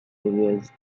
areas